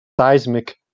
seismic